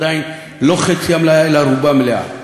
עדיין לא מחציתה מלאה אלא רובה מלאה.